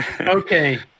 Okay